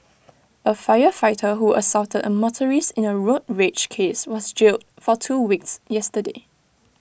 A firefighter who assaulted A motorist in A road rage case was jailed for two weeks yesterday